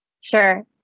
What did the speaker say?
Sure